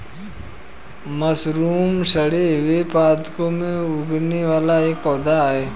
mushroom सड़े हुए पादपों में उगने वाला एक पौधा है